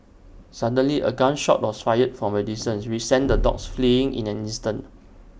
suddenly A gun shot was fired from A distance which sent the dogs fleeing in an instant